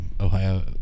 Ohio